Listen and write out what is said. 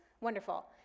Wonderful